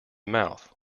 mouth